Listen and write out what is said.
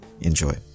Enjoy